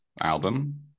album